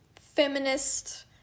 feminist